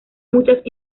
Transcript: muchas